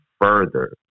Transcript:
further